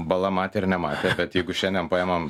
bala matė ar nematė kad jeigu šiandien paimam